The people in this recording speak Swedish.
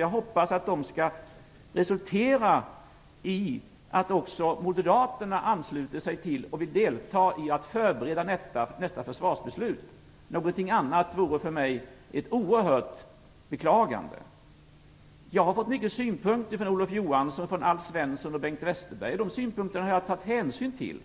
Jag hoppas att de skall resultera i att också Moderaterna ansluter sig till och vill delta i att förbereda nästa försvarsbeslut. Någonting annat vore för mig oerhört beklagligt. Jag har fått många synpunkter från Olof Johansson, Alf Svensson och Bengt Westerberg, och de synpunkterna har jag tagit hänsyn till.